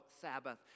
Sabbath